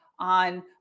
on